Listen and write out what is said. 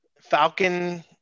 Falcon